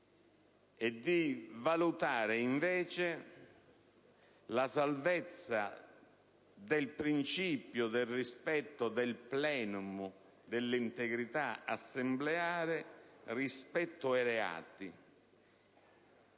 e di valutare invece la salvezza del principio del rispetto dell'integrità del *plenum* assembleare rispetto ai reati,